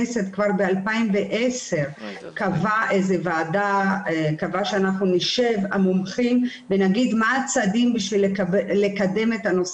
נתונים רצינית איתכם בשיתוף הפעולה שלכם כדי שנוכל לקדם את הנושא